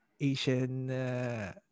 Asian